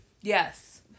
Yes